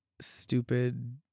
stupid